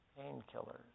painkillers